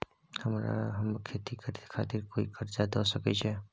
हमरा खेती करे खातिर कोय कर्जा द सकय छै?